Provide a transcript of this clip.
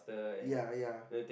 ya ya